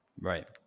right